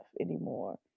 anymore